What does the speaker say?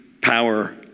power